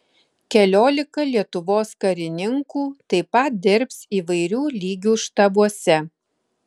keliolika lietuvos karininkų taip pat dirbs įvairių lygių štabuose